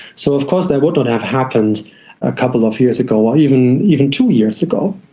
so of course that would not have happened a couple of years ago or even even two years ago.